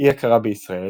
אי-הכרה בישראל,